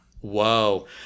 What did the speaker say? Whoa